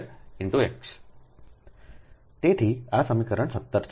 x તેથી આ સમીકરણ 17 છે